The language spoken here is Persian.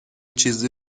چیزی